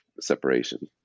separation